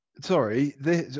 Sorry